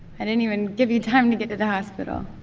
i didn't even give you time to get to the hospital.